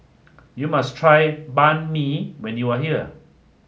you must try Banh Mi when you are here